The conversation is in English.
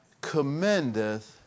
commendeth